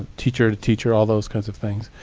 teacher to teacher, all those kinds of things,